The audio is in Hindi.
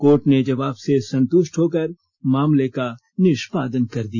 कोर्ट ने जवाब से संतुष्ट होकर मामले का निष्पादन कर दिया